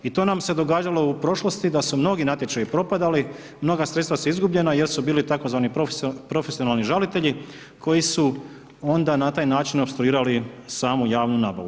I to nam se događalo u prošlosti da su mnogi natječaji propadali, mnoga sredstva su izgubljena jer su bili tzv. profesionalni žalitelji koji su onda na taj način opstruirali samu javnu nabavu.